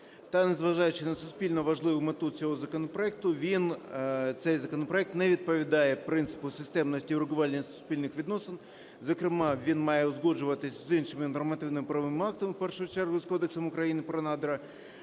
Та, незважаючи на суспільно важливу мету цього законопроекту, цей законопроект не відповідає принципову системності урегулювання суспільних відносин, зокрема він має узгоджуватися з іншими нормативно-правовими актами, в першу чергу з Кодексом України про надра.